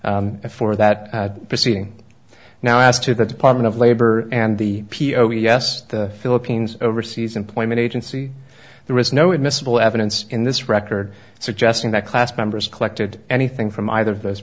for that proceeding now as to the department of labor and the p o e s the philippines overseas employment agency there is no admissible evidence in this record suggesting that class members collected anything from either of those